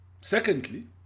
Secondly